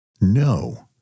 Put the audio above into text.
No